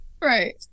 right